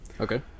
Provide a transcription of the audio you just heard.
Okay